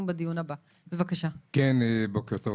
בוקר טוב.